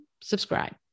subscribe